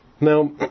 Now